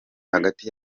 hagati